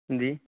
جی